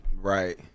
Right